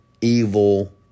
evil